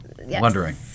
wondering